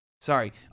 Sorry